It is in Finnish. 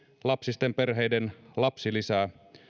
monilapsisten perheiden lapsilisää